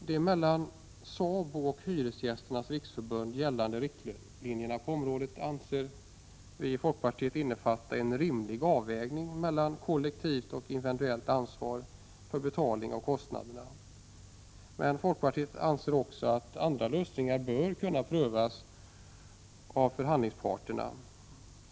De mellan SABO och Hyresgästernas riksförbund gällande riktlinjerna på området anser vi i folkpartiet innefatta en rimlig avvägning mellan kollektivt och individuellt ansvar för betalning av kostnaderna. Men vi i folkpartiet anser också att andra lösningar bör kunna prövas av förhandlingsparterna.